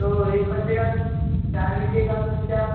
تو ایک بچے کا کیا ریٹ کے حساب سے سیتے آپ